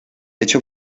hecho